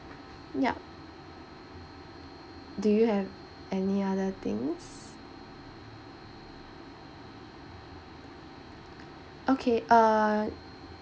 yup do you have any other things okay uh